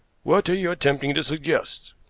what are you attempting to suggest?